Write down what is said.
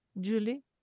Julie